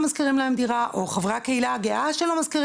מוכנים להשכיר להם דירה או חברי הקהילה הגאה שלא מוכנים